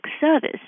service